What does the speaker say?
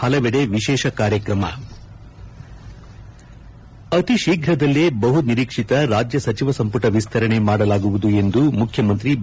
ಹಲವೆಡೆ ವಿಶೇಷ ಕಾರ್ಯಕ್ರಮ ಅತಿ ಶೀಘ್ರದಲ್ಲೇ ಬಹುನಿರೀಕ್ಷಿತ ರಾಜ್ಯ ಸಚಿವ ಸಂಮಟ ವಿಸ್ತರಣೆ ಮಾಡಲಾಗುವುದು ಎಂದು ಮುಖ್ಯಮಂತ್ರಿ ಬಿ